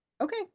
Okay